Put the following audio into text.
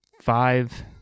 five